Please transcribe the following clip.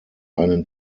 einen